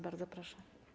Bardzo proszę.